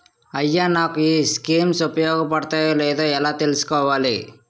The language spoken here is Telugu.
అయ్యా నాకు ఈ స్కీమ్స్ ఉపయోగ పడతయో లేదో ఎలా తులుసుకోవాలి?